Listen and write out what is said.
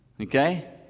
Okay